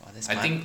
ah that's smart